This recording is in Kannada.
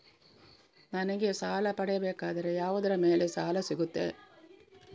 ನನಗೆ ಸಾಲ ಪಡೆಯಬೇಕಾದರೆ ಯಾವುದರ ಮೇಲೆ ಸಾಲ ಸಿಗುತ್ತೆ?